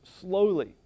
slowly